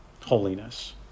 Holiness